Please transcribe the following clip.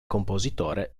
compositore